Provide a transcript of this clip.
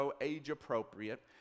age-appropriate